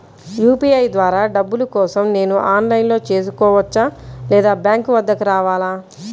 UPI ద్వారా డబ్బులు కోసం నేను ఆన్లైన్లో చేసుకోవచ్చా? లేదా బ్యాంక్ వద్దకు రావాలా?